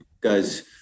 Guys